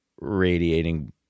radiating